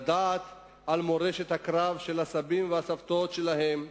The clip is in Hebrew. עליהם לדעת על מורשת הקרב של הסבים והסבתות שלהם,